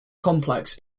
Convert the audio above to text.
complex